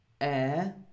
Air